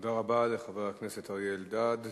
תודה רבה לחבר הכנסת אריה אלדד.